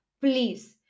please